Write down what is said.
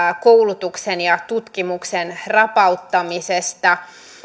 koulutuksen ja tutkimuksen rapauttamisesta